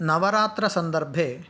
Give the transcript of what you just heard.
नवरात्रसन्दर्भे